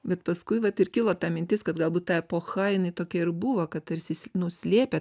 bet paskui vat ir kilo ta mintis kad galbūt ta epocha jinai tokia ir buvo kad tarsi nu slėpė